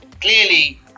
clearly